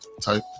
type